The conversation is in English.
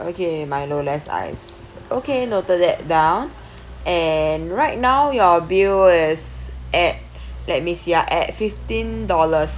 okay milo less ice okay noted that down and right now your bill is at let me see ah at fifteen dollars